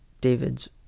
david's